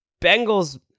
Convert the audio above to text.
Bengals